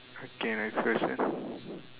okay next question